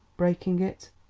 breaking it,